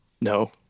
No